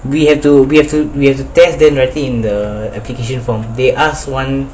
we have to we have to we send them in the application from they asked one